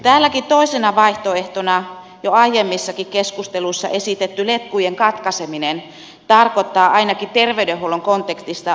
täälläkin toisena vaihtoehtona jo aiemmissakin keskusteluissa esitetty letkujen katkaiseminen tarkoittaa ainakin terveydenhuollon kontekstissa useimmiten kuolemaa